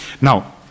Now